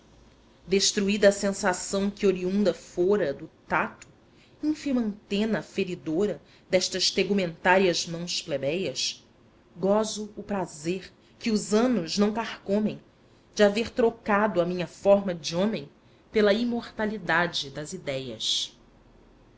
destruída a sensação que oriunda fora do tato ínfima antena aferidora destas tegumentárias mãos plebéias gozo o prazer que os anos não carcomem de haver trocado a minha forma de homem pela imortalidade das idéias